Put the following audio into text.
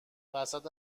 وسط